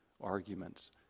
arguments